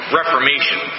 reformation